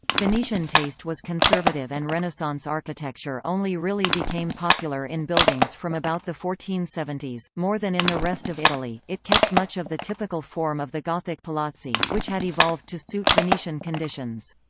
venetian taste was conservative and renaissance architecture only really became popular in buildings from about the fourteen seventy s. more than in the rest of italy, it kept much of the typical form of the gothic palazzi, which had evolved to suit venetian conditions.